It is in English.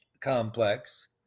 complex